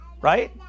Right